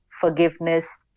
forgiveness